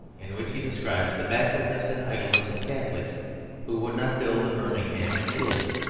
in which he describes the backwardness and idleness of catholics who would not build a birmingham in italy.